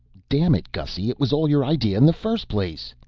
dammit, gussy! it was all your idea in the first place!